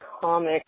comic